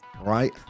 right